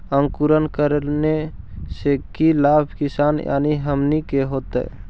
अंकुरण करने से की लाभ किसान यानी हमनि के होतय?